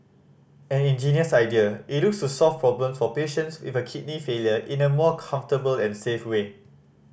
an ingenious idea it looks solve problems for patients with kidney failure in a more comfortable and safe way